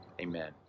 amen